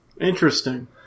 Interesting